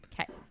Okay